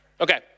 Okay